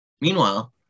Meanwhile